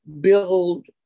build